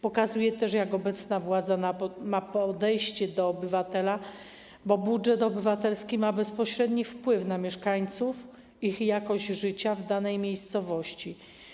Pokazuje też, jakie obecna władza ma podejście do obywatela, bo budżet obywatelski ma bezpośredni wpływ na mieszkańców, jakość ich życia w danej miejscowości.